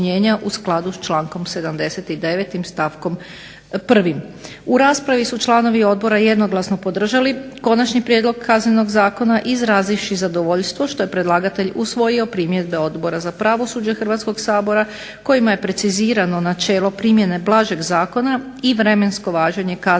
u skladu s člankom 79. stavkom 1. U raspravi su članovi odbora jednoglasno podržali Konačni prijedlog Kaznenog zakona izrazivši zadovoljstvo što je predlagatelj usvojio primjedbe Odbora za pravosuđe Hrvatskog sabora, kojima je precizirano načelo primjene blažeg zakona i vremensko važenje kaznenog zakonodavstva